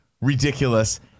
Ridiculous